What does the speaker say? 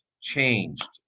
changed